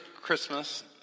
Christmas